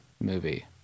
movie